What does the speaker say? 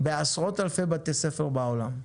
בעשרות אלפי בתי ספר בעולם.